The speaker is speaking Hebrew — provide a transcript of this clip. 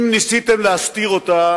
אם ניסיתם להסתיר אותה